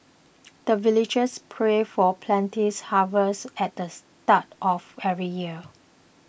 the villagers pray for plenty's harvest at the start of every year